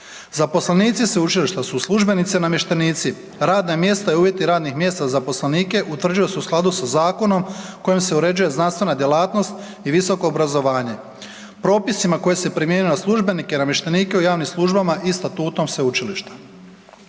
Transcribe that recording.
Zaposlenici sveučilišta su službenici i namještenici. Radna mjesta i uvjeti radnih mjesta zaposlenika utvrđuje se u skladu sa zakonom kojim se uređuje znanstvena djelatnost i visoko obrazovanje. Propisi koji se primjenjuju na službenike, namještenike u javnim službama i statutom sveučilišta.